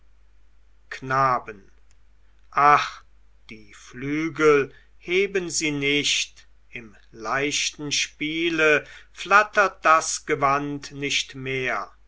knaben ach die flügel heben sie nicht im leichten spiele flattert das gewand nicht mehr